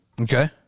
Okay